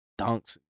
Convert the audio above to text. Dunks